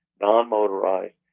non-motorized